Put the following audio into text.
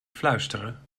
fluisteren